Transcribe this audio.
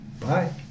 Bye